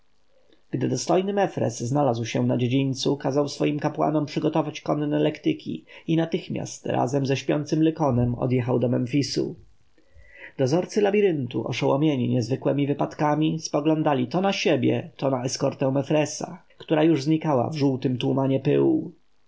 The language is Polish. gdy dostojny mefres znalazł się na dziedzińcu kazał swoim kapłanom przygotować konne lektyki i natychmiast razem ze śpiącym lykonem odjechał do memfisu dozorcy labiryntu oszołomieni niezwykłemi wypadkami spoglądali to na siebie to na eskortę mefresa która już znikała w żółtym tumanie pyłu